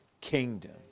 kingdom